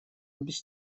без